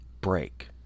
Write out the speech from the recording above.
break